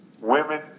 women